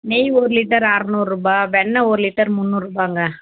நெய் ஒரு லிட்டர் அறநூறுரூபா வெண்ணெ ஒரு லிட்டர் முந்நூறுரூபாங்க